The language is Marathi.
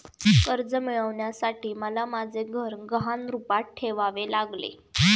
कर्ज मिळवण्यासाठी मला माझे घर गहाण रूपात ठेवावे लागले